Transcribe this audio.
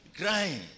crying